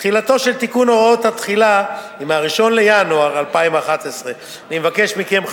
תחילתו של תיקון הוראות התחילה היא מ-1 בינואר 2011. אני מבקש מכם,